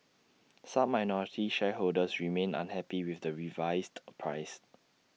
some minority shareholders remain unhappy with the revised price